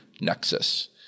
Nexus